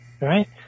right